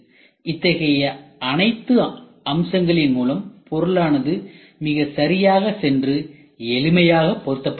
இத்தகைய அனைத்து அம்சங்களின் மூலம் பொருளானது மிகச் சரியாகச் சென்று எளிமையாக பொருத்தப்படுகிறது